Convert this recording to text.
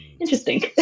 interesting